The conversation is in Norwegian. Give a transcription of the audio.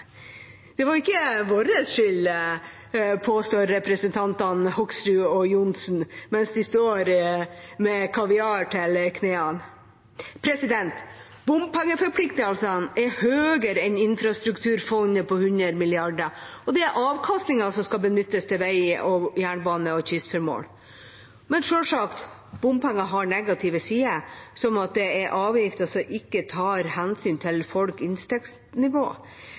Det var ikke vår skyld, påstår representantene Hoksrud og Johnsen mens de står med kaviar til knærne. Bompengeforpliktelsene er høyere enn infrastrukturfondet på 100 mrd. kr, og det er avkastningen som skal benyttes til vei, jernbane og kystformål. Men selvsagt har bompenger negative sider, som at det er en avgift som ikke tar hensyn til folks inntektsnivå.